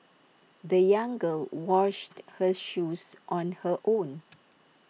the young girl washed her shoes on her own